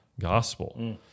gospel